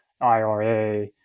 IRA